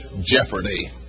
Jeopardy